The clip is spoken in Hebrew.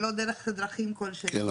כן,